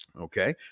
Okay